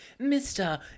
Mr